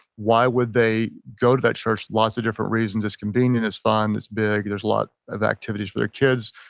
why would they go to that church? lots of different reasons. it's convenient, it's fun, it's big, there's a lot of activities for their kids,